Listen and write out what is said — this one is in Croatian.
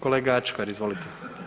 Kolega Ačkar, izvolite.